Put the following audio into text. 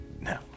No